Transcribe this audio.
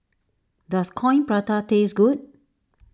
does Coin Prata taste good